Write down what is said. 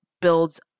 builds